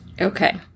Okay